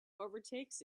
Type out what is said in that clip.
overtakes